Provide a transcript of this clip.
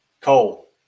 Coal